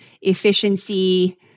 efficiency